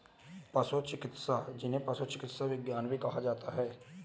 पशु चिकित्सा, जिसे पशु चिकित्सा विज्ञान भी कहा जाता है